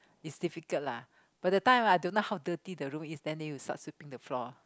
is difficult lah by the time I don't know how dirty the room is then then you start sweeping the floor